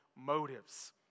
motives